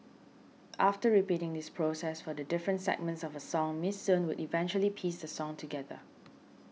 after repeating this process for the different segments of a song Miss Soon would eventually piece the song together